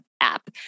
app